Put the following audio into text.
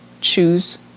choose